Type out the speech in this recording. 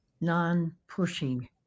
non-pushing